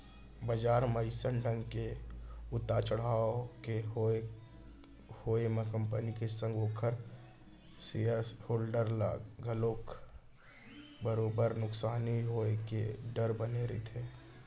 बजार म अइसन ढंग के उतार चड़हाव के होय म कंपनी के संग ओखर सेयर होल्डर ल घलोक बरोबर नुकसानी होय के डर बने रहिथे